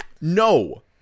no